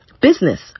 business